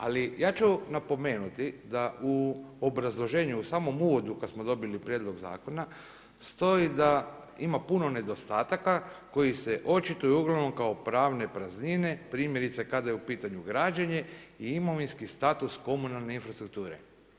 Ali ja ću napomenuti da u obrazloženju u samom uvodu kada smo dobili prijedlog zakona stoji da ima puno nedostataka koji se očituju uglavnom kao pravne praznine primjerice kada je u pitanju građenje i imovinski status komunalne infrastrukture.